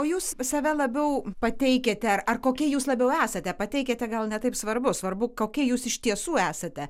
o jūs save labiau pateikiate ar ar kokia jūs labiau esate pateikiate gal ne taip svarbu svarbu kokia jūs iš tiesų esate